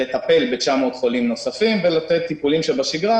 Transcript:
לטפל ב-900 חולים נוספים ולתת טיפולים שבשגרה.